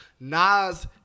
Nas